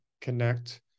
connect